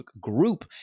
group